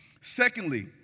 Secondly